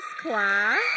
class